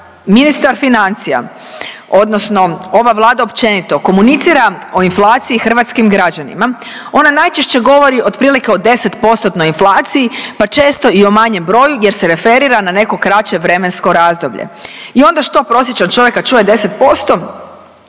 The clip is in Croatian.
ministar financija odnosno ova Vlada općenito komunicira o inflaciji hrvatskim građanima ona najčešće govori otprilike o 10%-tnoj inflaciji pa često i o manjem broju jer se referira na neko kraće vremensko razdoblje. I ona što prosječan čovjek kad čuje 10%